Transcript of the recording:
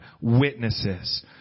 Witnesses